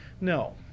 No